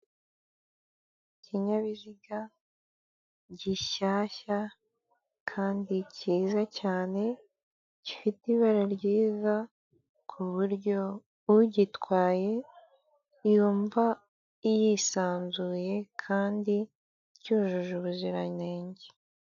Ikinyabiziga gishyashya kandi cyiza cyane, gifite ibara ryiza ku buryo ugitwaye yumva yisanzuye kandi cyujuje ubuziranenge.